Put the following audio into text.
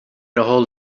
hold